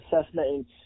assessment